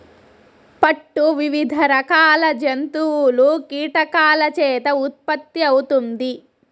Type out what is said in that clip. పట్టు వివిధ రకాల జంతువులు, కీటకాల చేత ఉత్పత్తి అవుతుంది